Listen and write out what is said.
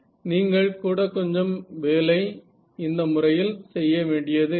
நீங்கள் கூடக்கொஞ்சம் வேலை இந்த முறையில் செய்ய வேண்டியது இருக்கும்